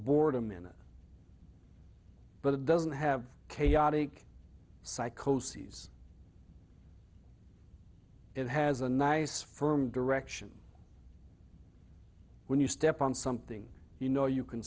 boredom in it but it doesn't have chaotic psychoses it has a nice firm direction when you step on something you know you can